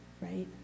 right